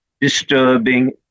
Disturbing